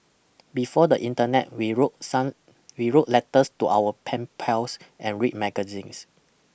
before the Internet we wrote we wrote letters to our pen pals and read magazines